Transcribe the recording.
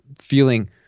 feeling